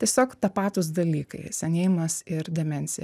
tiesiog tapatūs dalykai senėjimas ir demencija